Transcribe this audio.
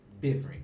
Different